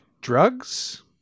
Drugs